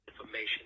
Information